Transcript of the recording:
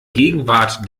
gegenwart